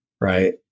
right